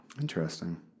interesting